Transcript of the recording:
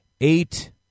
eight